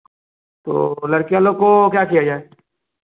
तो लड़कियाँ लोग को क्या किया जाए